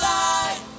light